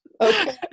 Okay